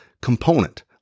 component